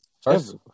First